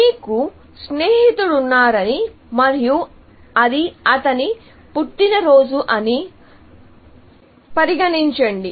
మీకు స్నేహితుడు ఉన్నారని మరియు అది అతని పుట్టినరోజు అని పరిగణించండి